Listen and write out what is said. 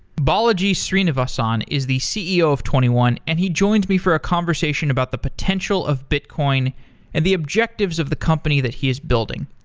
balaji srinivasan is the ceo of twenty one and he joins me for a conversation about the potential of bitcoin and the objectives of the company that he is building.